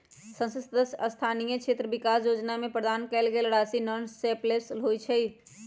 संसद सदस्य स्थानीय क्षेत्र विकास जोजना में प्रदान कएल गेल राशि नॉन लैप्सबल होइ छइ